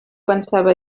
pensava